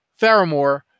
Theramore